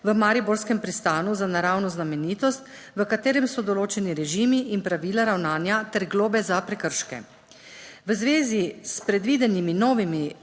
v mariborskem Pristanu za naravno znamenitost, v katerem so določeni režimi in pravila ravnanja ter globe za prekrške. V zvezi s predvidenimi novimi